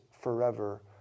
forever